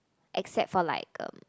except for like um